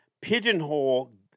pigeonhole